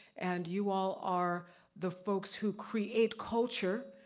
and you all are the folks who create culture,